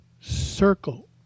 circle